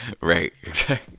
right